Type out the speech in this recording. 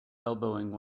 elbowing